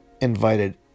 invited